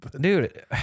Dude